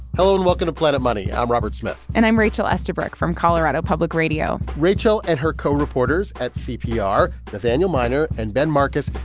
hello, and welcome to planet money. i'm robert smith and i'm rachel estabrook from colorado public radio rachel and her co-reporters at cpr, nathaniel minor and ben markus,